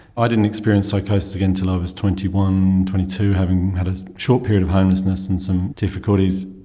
i didn't experience psychosis again until i was twenty one, twenty two, having had a short period of homelessness and some difficulties,